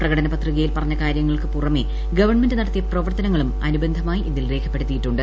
പ്രകടനപത്രികയിൽ പറഞ്ഞ കാരൃങ്ങൾക്ക് പുറമേ ഗവൺമെന്റ് നടത്തിയ പ്രവർത്തനങ്ങളും അനുബന്ധമായി ഇതിൽ രേഖപ്പെടുത്തിയിട്ടുമുണ്ട്